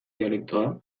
dialektoa